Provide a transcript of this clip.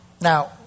Now